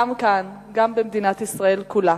גם כאן, גם במדינת ישראל כולה,